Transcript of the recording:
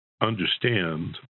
understand